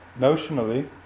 notionally